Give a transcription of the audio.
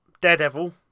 Daredevil